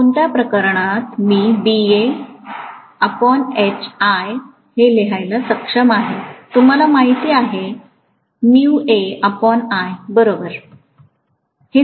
कोणत्या प्रकरणात मी हे लिहायला सक्षम आहे तुम्हाला माहिती आहे बरोबर